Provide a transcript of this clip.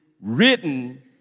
written